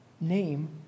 name